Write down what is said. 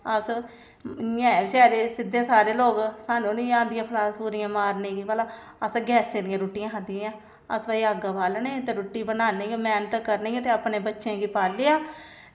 अस इ'यां ऐ बचैरे सिद्धे सादे लोग सानूं निं औंदियां फलासफरियां मारनै गी भला असें गैसें दियां रुट्टियां खाद्धियां अस भई अग्ग बाल्लने ते रुट्टी बनान्ने ई मैह्नत करने ईओ ते अपने बच्चें गी पालेआ